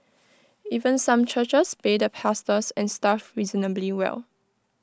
even some churches pay the pastors and staff reasonably well